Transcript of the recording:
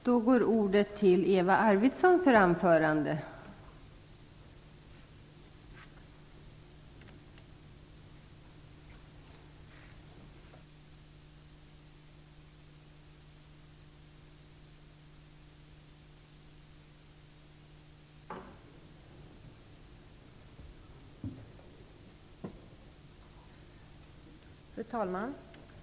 Fru talman!